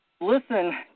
listen